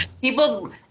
people